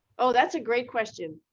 oh, that's a great question.